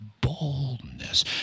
boldness